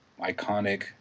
iconic